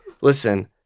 Listen